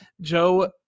Joe